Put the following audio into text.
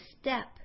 step